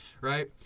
right